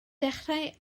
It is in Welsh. dechrau